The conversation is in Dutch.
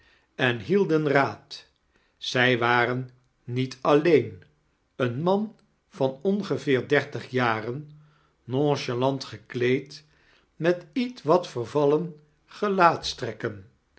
en hielden raad zij waren niet alleen een man van ongeveer dertig jaren nonchalant gekleed met ietwat vervallen